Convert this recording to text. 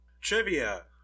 Trivia